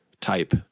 type